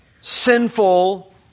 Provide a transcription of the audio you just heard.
sinful